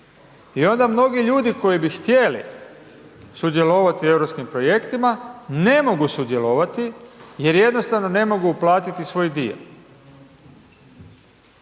i onda mnogi ljudi koji bi htjeli sudjelovati u Europskim projektima, ne mogu sudjelovati jer jednostavno ne mogu uplatiti svoj dio